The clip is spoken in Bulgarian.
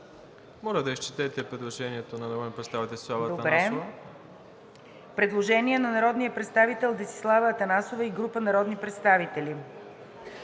Добре. Предложение на народния представител Десислава Атанасова и група народни представители: